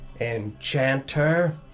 Enchanter